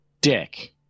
Dick